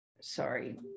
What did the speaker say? sorry